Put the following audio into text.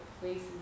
places